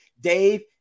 Dave